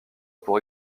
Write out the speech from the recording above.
pour